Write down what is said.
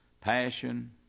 passion